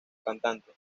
cantante